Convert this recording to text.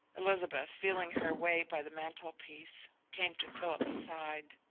elizabeth, feeling her way by the mantelpiece, came to philip's side.